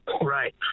right